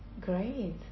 Great